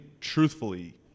truthfully